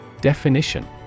Definition